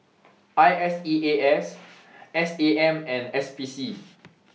I S E A S S A M and S P C